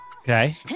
Okay